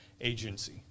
agency